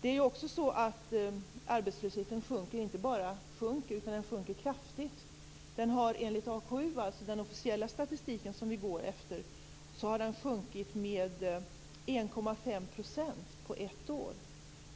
Det är också så att arbetslösheten inte bara sjunker, den sjunker kraftigt. Den har enligt AKU, den officiella statistik som vi går efter, sjunkit med 1,5 % på ett år.